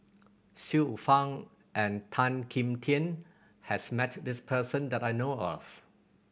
Xiu Fang and Tan Kim Tian has met this person that I know of